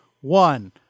one